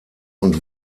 und